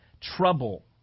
Trouble